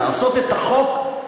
לעשות את החוק,